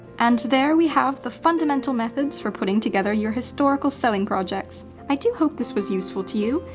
and there we have the fundamental methods for putting together your historical sewing projects. i do hope this was useful to you,